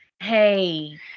Hey